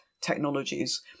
technologies